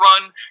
run